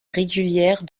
régulière